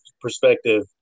perspective